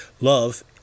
Love